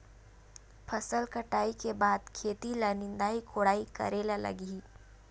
फसल कटाई के बाद खेत ल निंदाई कोडाई करेला लगही?